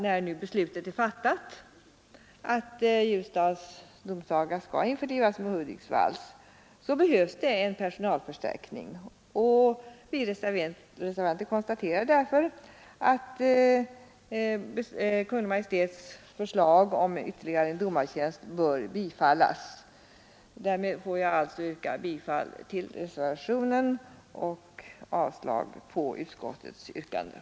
När beslutet nu är fattat att Ljusdals domsaga skall införlivas med Hudiksvalls, finner vi det nödvändigt med en personalförstärkning. Vi reservanter konstaterar därför att Kungl. Maj:ts förslag om ytterligare en domartjänst bör bifallas. Därmed får jag yrka bifall till reservationen och avslag på utskottets hemställan.